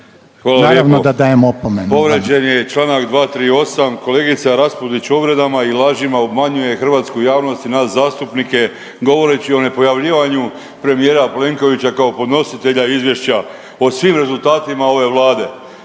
Naravno da dajem opomenu,